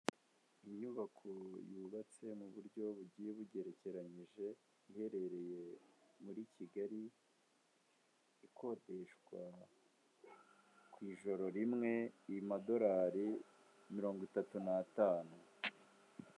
Inyubako yubatse mu buryo bugiye bugerekeranyije, iherereye muri Kigali, ikodeshwa ku ijoro rimwe amadolari mirongo itatu n'atanu.